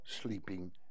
sleeping